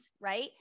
right